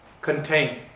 contain